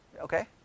Okay